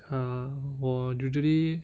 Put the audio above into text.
ya 我 usually